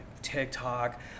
tiktok